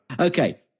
Okay